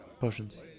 Potions